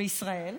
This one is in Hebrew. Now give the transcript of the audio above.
בישראל,